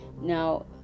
Now